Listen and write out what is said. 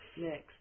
Next